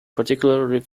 particular